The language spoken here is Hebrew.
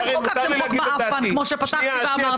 אתם חוקקתם חוק "מעאפן" כמו שפתחתי ואמרתי.